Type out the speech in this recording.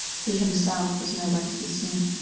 he himself was nowhere to be seen.